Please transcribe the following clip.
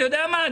אתה יודע מה?